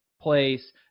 place